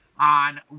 on